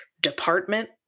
department